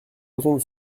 proposons